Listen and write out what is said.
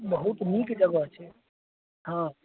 बहुत नीक जगह छै हँ